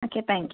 okay thank you